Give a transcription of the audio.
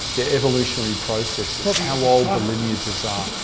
their evolutionary processes, how old the lineages are,